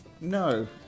no